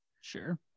Sure